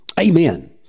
Amen